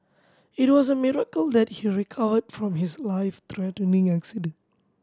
it was a miracle that he recovered from his life threatening accident